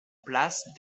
place